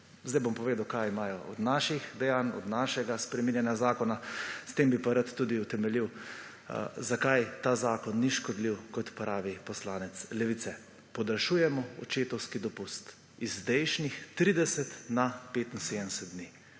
Zdaj bom povedal, kaj imajo od naših dejanj, od našega spreminjanja zakona, s tem bi pa rad tudi utemeljil, zakaj ta zakon ni škodljiv kot pravi poslanec Levice. Podaljšujemo očetovski dopust iz zdajšnjih 30 na 75 dni,